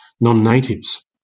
non-natives